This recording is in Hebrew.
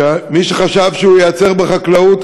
שאם מישהו חשב שהוא ייעצר בחקלאות,